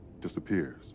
disappears